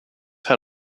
had